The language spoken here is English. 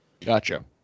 Gotcha